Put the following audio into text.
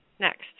next